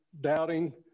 doubting